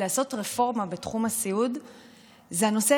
לעשות רפורמה בתחום הסיעוד זה הנושא